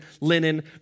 linen